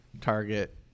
Target